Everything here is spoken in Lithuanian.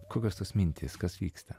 kokios tos mintys kas vyksta